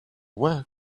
where